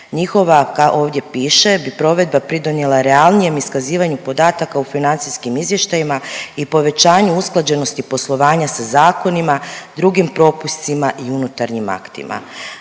Njihova, ovdje piše bi provedba pridonijela realnijem iskazivanju podataka u financijskim izvještajima i povećanju usklađenosti poslovanja sa zakonima, drugim propisima i unutarnjim aktima.